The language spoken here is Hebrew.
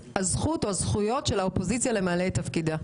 הזכויות של האופוזיציה למלא את תפקידה?